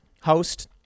host